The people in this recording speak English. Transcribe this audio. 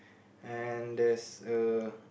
and there's a